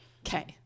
Okay